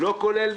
הבנתי.